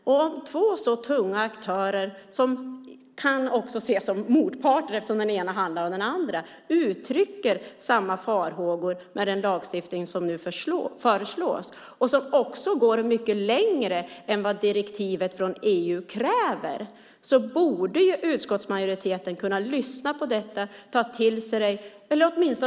Om två så tunga aktörer som kan ses som motparter eftersom den ena handlar av den andra uttrycker samma farhågor med den lagstiftning som nu föreslås, och som också går mycket längre än vad direktivet från EU kräver, borde utskottsmajoriteten kunna lyssna på detta och ta till sig det.